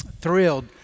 thrilled